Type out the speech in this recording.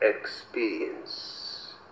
experience